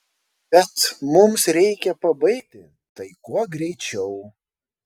bet mums reikia pabaigti tai kuo greičiau